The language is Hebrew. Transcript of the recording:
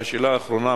והשאלה האחרונה,